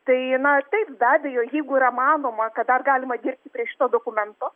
tai na taip be abejo jeigu yra manoma kad dar galima dirbti prie šito dokumento